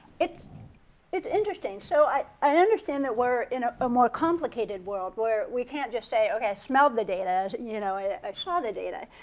it's it's interesting. so i i understand we're in a ah more complicated world where we can't just say, okay, i smelled the data, and you know i ah saw the data.